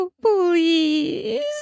Please